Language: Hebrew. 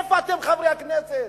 איפה אתם, חברי הכנסת?